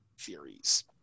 theories